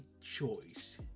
choice